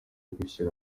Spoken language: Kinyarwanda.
gushyira